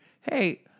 hey